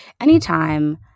Anytime